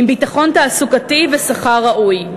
עם ביטחון תעסוקתי ושכר ראוי.